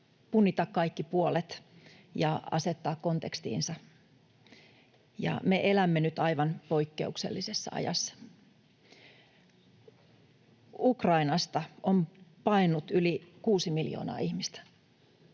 punnita kaikki puolet ja asettaa kontekstiinsa, ja me elämme nyt aivan poikkeuksellisessa ajassa. Ukrainasta on paennut yli kuusi miljoonaa ihmistä.